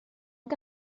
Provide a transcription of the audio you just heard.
que